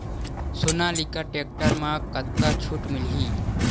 Sonalika tractor म कतका छूट मिलही?